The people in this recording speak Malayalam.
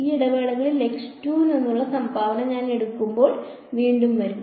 ഈ ഇടവേളയിൽ നിന്നുള്ള സംഭാവന ഞാൻ എടുക്കുമ്പോൾ വീണ്ടും വരും